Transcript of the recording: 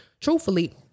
truthfully